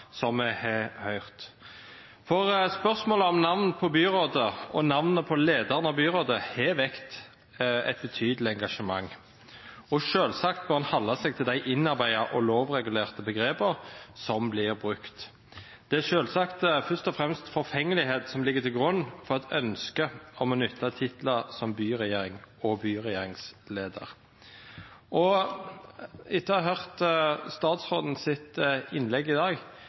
som vi har hørt. For spørsmålet om navnet på byrådet og navnet på lederen av byrådet har vekket et betydelig engasjement. Selvsagt må en holde seg til de innarbeidede og lovregulerte begrepene som blir brukt. Det er selvsagt først og fremst forfengelighet som ligger til grunn om et ønske om å benytte titler som «byregjering» og «byregjeringsleder». Etter å ha hørt statsrådens innlegg i dag